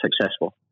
successful